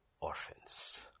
Orphans